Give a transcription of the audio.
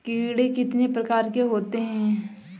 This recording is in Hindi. कीड़े कितने प्रकार के होते हैं?